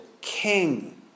King